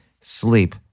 Sleep